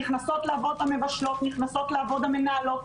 נכנסות לעבוד המבשלות, נכנסות לעבוד המנהלות.